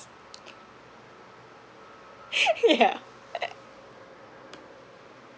yeah